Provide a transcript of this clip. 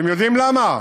אתם יודעים למה?